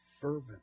Fervent